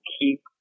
keep